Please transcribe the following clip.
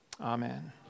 Amen